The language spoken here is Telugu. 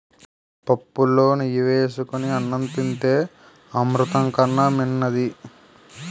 పుప్పులో నెయ్యి ఏసుకొని అన్నం తింతే అమృతం కన్నా మిన్నది